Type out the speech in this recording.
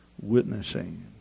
witnessing